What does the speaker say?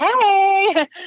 Hey